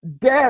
death